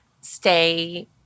stay